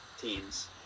teams